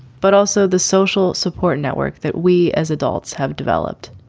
but also the social support network that we as adults have developed.